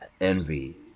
envy